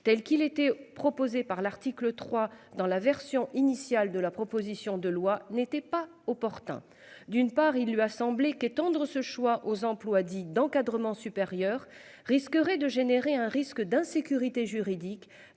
telle qu'il était proposé par l'article 3 dans la version initiale de la proposition de loi n'était pas opportun d'une part, il lui a semblé qu'étendre ce choix aux emplois dits d'encadrement supérieur risquerait de générer un risque d'insécurité juridique